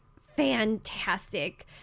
fantastic